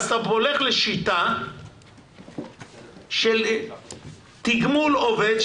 אתה הולך לשיטה של תגמול עובד,